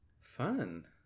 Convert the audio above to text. Fun